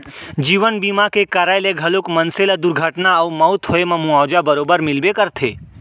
जीवन बीमा के कराय ले घलौक मनसे ल दुरघटना अउ मउत होए म मुवाजा बरोबर मिलबे करथे